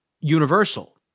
universal